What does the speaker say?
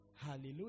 Hallelujah